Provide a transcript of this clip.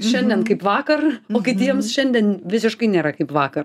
šiandien kaip vakar o kitiems šiandien visiškai nėra kaip vakar